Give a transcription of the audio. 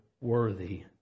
worthy